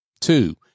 Two